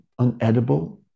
unedible